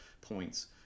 points